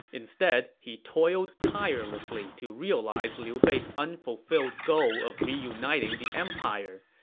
instead, he toiled tirelessly to realize liu bei's unfulfilled goal of reuniting the empire.